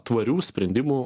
tvarių sprendimų